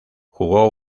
jugo